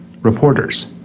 Reporters